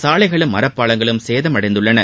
சாலைகளும் மரப்பாலங்களும் சேதமடைந்துள்ளன